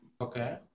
okay